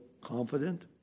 confident